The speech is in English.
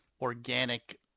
organic